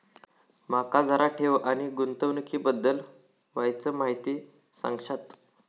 माका जरा ठेव आणि गुंतवणूकी बद्दल वायचं माहिती सांगशात?